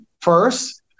first